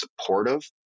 supportive